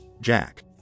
Jack